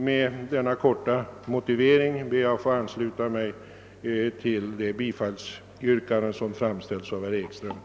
Med denna korta motivering ber jag få ansluta mig till de av herr Ekström framställda bifallsyrkandena.